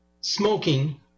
smoking